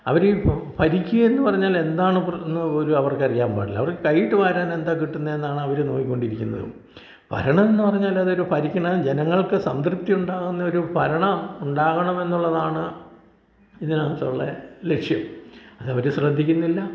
അവർ ഈ ഭ ഭരിക്കുക എന്ന് പറഞ്ഞാൽ എന്താണ് എന്ന് പോലും അവർക്കറിയാൻ പാടില്ല അവർക്ക് കയ്യിട്ട് വാരാൻ എന്താണ് കിട്ടുന്നത് എന്നാണ് അവർ നോക്കിക്കൊണ്ടിരിക്കുന്നത് ഭരണം എന്ന് പറഞ്ഞാൽ അതൊരു ഭരിക്കുന്ന ജനങ്ങൾക്ക് സംതൃപ്തി ഉണ്ടാവുന്ന ഒരു ഭരണം ഉണ്ടാവണം എന്നുള്ളതാണ് ഇതിനകത്ത് ഉള്ള ലക്ഷ്യം അതവർ ശ്രദ്ധിക്കുന്നില്ല